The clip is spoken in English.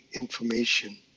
information